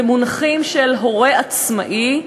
במונחים "הורה עצמאי"